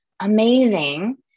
amazing